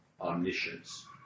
omniscience